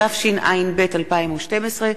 התשע"ב 2012,